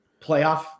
playoff